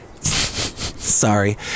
Sorry